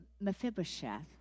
Mephibosheth